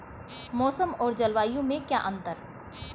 मौसम और जलवायु में क्या अंतर?